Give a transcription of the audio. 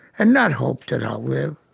and not hope that i'll live.